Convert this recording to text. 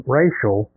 racial